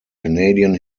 canadian